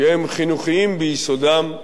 שהם חינוכיים ביסודם,